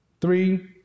Three